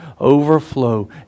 overflow